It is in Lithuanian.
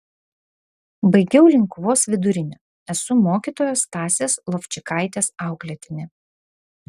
baigiau linkuvos vidurinę esu mokytojos stasės lovčikaitės auklėtinė